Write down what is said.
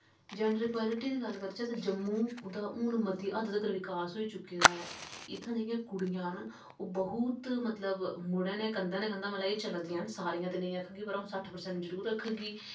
poultry दी गल्ल करचै तां जम्मू ओह्दा हून मती हद्द तक्कर विकास होई चुके दा ऐ इ्त्थै जेह्कियां कुड़ियां न ओह् बहुत मतलब मुड़ें'ने कंधा नै कंधा मलाइयै चला दियां न सारियां ते नेईं आखगी पर अ'ऊं सट्ठ परसैंट जरूर आखगी